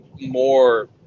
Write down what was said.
more